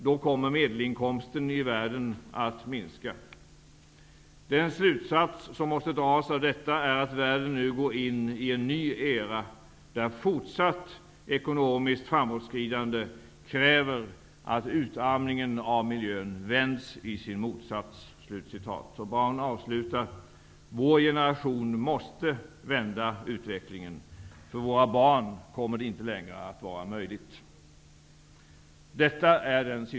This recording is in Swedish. Då kommer medelinkomsten i världen att minska. Den slutsats som måste dras av detta är att världen nu går in i en ny era, där fortsatt ekonomiskt framåtskridande kräver att utarmningen av miljön vänds i sin motsats.'' Brown avslutar: ''Vår generation måste vända utvecklingen, för våra barn kommer det inte längre att vara möjligt.''